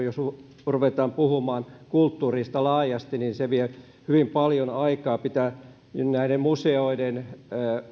jos ruvetaan puhumaan kulttuurista laajasti se vie hyvin paljon aikaa pitää näiden museoiden